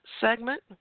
segment